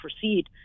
proceed